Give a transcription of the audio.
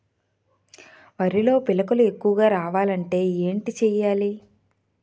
వరిలో పిలకలు ఎక్కువుగా రావాలి అంటే ఏంటి చేయాలి?